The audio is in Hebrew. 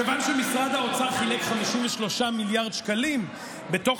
כיוון שמשרד האוצר חילק 53 מיליארד שקלים בתוך